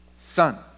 son